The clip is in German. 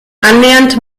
annähernd